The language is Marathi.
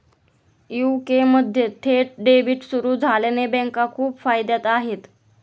यू.के मध्ये थेट डेबिट सुरू झाल्याने बँका खूप फायद्यात आहे